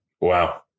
wow